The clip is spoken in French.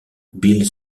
bill